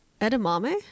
Edamame